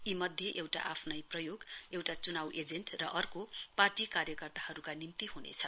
यीमध्ये एउटा आफ्नै प्रयोग एउटा च्नाउ एजेन्ट र अर्को पार्टी कार्यकर्ताहरूका निम्ति हुनेछ